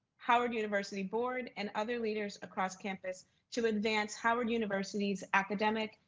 howard university board and other leaders across campus to advance howard university academic,